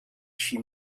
she